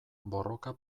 borroka